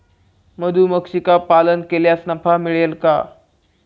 मधुमक्षिका पालन केल्यास नफा मिळेल का?